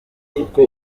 kuko